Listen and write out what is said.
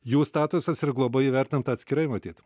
jų statusas ir globa įvertinti atskirai matyt